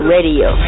Radio